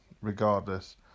Regardless